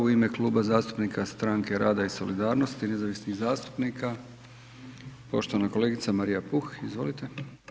U ime Kluba zastupnika Stranke rada i solidarnosti nezavisnih zastupnika poštovana kolegica Marija Puh, izvolite.